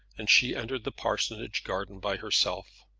and she entered the parsonage garden by herself.